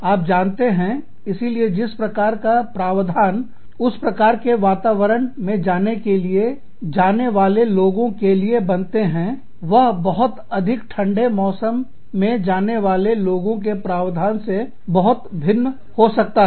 आप जानते हैंइसीलिए जिस प्रकार का प्रावधान उस प्रकार के वातावरण मौसम में जाने वाले लोगों के लिए बनाते हैं वह बहुत अधिक ठंडे मौसम में जाने वाले लोगों के प्रावधानों से बहुत अधिक भिन्न हो सकता है